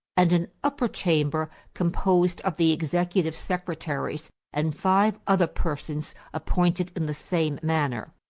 and an upper chamber composed of the executive secretaries and five other persons appointed in the same manner.